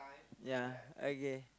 ya okay